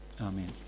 Amen